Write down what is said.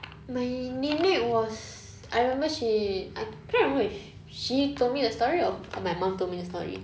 my nenek was I remember she I cannot remember if she told me the story or my mum told me the story